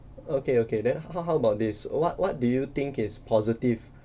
okay okay then h~ h~ how about this what what do you think is positive